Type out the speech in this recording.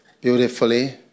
beautifully